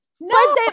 no